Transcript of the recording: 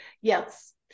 Yes